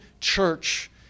church